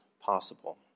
possible